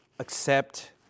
accept